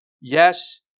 Yes